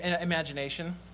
imagination